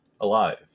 alive